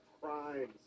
crimes